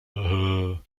weg